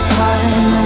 time